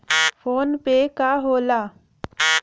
PhonePe का होला?